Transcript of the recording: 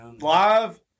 live